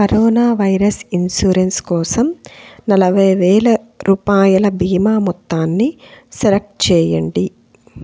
corona virus insurance కోసం నలవై వేల రూపాయల భీమా మొత్తాన్ని సెలెక్ట్ చేయండి